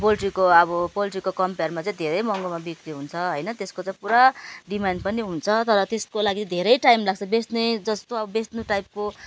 पोल्ट्रीको अब पोल्ट्रीको कम्पेयरमा चाहिँ धेरै महँगोमा बिक्री हुन्छ होइन त्यसको चाहिँ पुरा डिमान्ड पनि हुन्छ तर त्यसको लागि धेरै टाइम लाग्छ बेच्ने जस्तो बेच्नु टाइपको